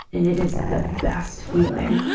and it is the best feeling.